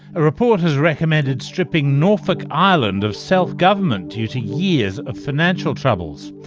a report has recommended stripping norfolk island of self-government due to years of financial troubles.